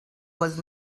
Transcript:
was